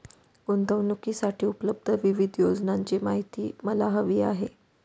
गुंतवणूकीसाठी उपलब्ध विविध योजनांची माहिती मला हवी आहे